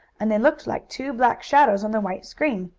and they looked like two black shadows on the white screen.